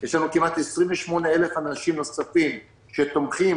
יש לנו כמעט 28,000 אנשים נוספים שתומכים